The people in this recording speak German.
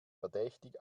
verdächtig